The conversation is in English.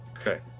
Okay